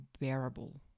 unbearable